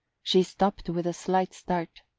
she stopped with a slight start,